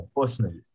personally